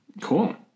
Cool